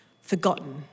forgotten